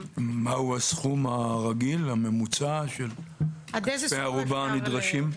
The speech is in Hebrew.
מהו הסכום הרגיל הממוצע של כספי הערובה הנדרשים?